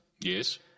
Yes